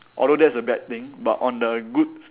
although that's a bad thing but on the good